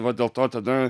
vat dėl to tada